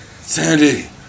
Sandy